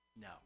No